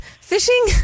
fishing